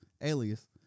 alias